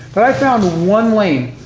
but i found one lane.